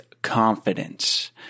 confidence